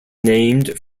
named